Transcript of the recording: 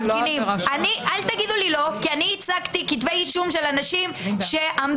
אל תגידו לי לא כי אני ייצגתי כתבי אישום של אנשים שעמדו